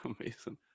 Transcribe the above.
amazing